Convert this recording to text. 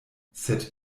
sed